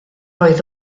oedd